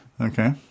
Okay